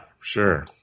sure